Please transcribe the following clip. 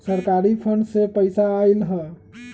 सरकारी फंड से पईसा आयल ह?